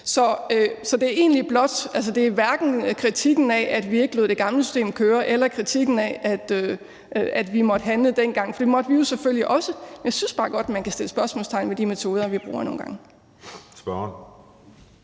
gamle regler osv. Så det er hverken en kritik af, at man ikke lod det gamle system køre, eller en kritik af, at man måtte handle dengang, for det måtte vi jo selvfølgelig også, men jeg synes bare godt, at man kan sætte spørgsmålstegn ved de metoder, vi bruger nogle gange, Kl. 13:31 Den